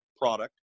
product